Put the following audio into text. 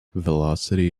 velocity